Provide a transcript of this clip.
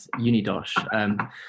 UniDosh